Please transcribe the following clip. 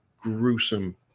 gruesome